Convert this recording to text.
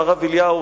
עם הרב אליהו,